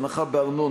הנחה בארנונה,